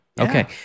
Okay